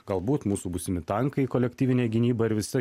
galbūt mūsų būsimi tankai į kolektyvinę gynybą ir visa